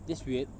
this weird